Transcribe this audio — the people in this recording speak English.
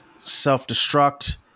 self-destruct